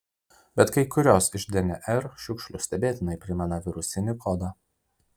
bet kai kurios iš dnr šiukšlių stebėtinai primena virusinį kodą